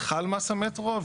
חל מס המטרו.